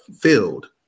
filled